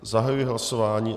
Zahajuji hlasování.